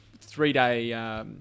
three-day